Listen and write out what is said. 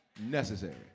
necessary